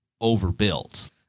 overbuilt